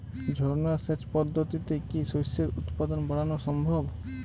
ঝর্না সেচ পদ্ধতিতে কি শস্যের উৎপাদন বাড়ানো সম্ভব?